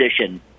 position